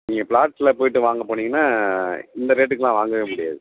நீங்கள் ப்ளாட்டில் போயிட்டு வாங்க போனீங்கன்னால் இந்த ரேட்டுக்கெலாம் வாங்கவே முடியாது